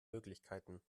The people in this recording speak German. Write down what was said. möglichkeiten